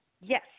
Yes